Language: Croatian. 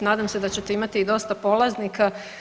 Nadam se da ćete imati i dosta polaznika.